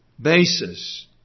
basis